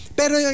pero